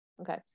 Okay